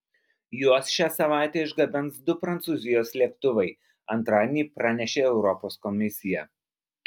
juos šią savaitę išgabens du prancūzijos lėktuvai antradienį pranešė europos komisija